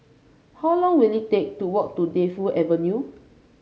how long will it take to walk to Defu Avenue